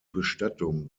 bestattung